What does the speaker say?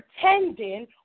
pretending